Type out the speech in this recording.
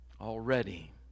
already